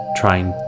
trying